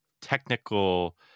technical